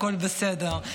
הכול בסדר.